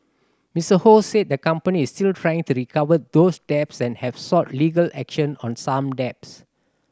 Mister Ho said the company still trying to recover those debts and have sought legal action on some debts